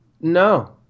No